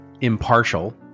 impartial